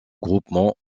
groupement